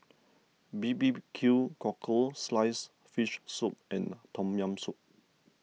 B B Q Cockle Sliced Fish Soup and Tom Yam Soup